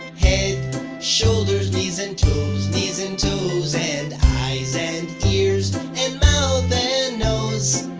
head shoulders knees and toes, knees and toes. and eyes and ears and mouth and nose.